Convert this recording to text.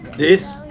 this?